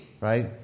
Right